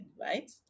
right